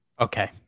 Okay